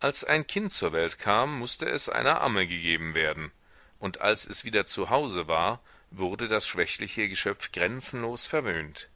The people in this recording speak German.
als ein kind zur welt kam mußte es einer amme gegeben werden und als es wieder zu hause war wurde das schwächliche geschöpf grenzenlos verwöhnt